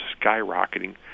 skyrocketing